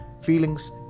feelings